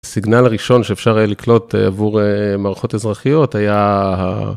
סיגנל הראשון שאפשר היה לקלוט עבור מערכות אזרחיות היה...